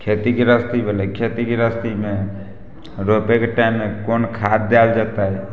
खेती गिरहस्ती भेलै खेती गिरहस्तीमे रोपैके टाइममे कोन खाद देल जेतय